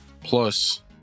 plus